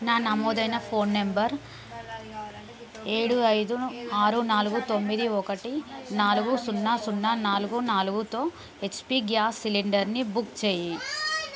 నా నమోదైన phone number ఏడు ఐదు ఆరు నాలుగు తొమ్మిది ఒకటి నాలుగు సున్నా సున్నా నాలుగు నాలుగుతో హెచ్పి గ్యాస్ సిలిండర్ని బుక్ చెయ్యి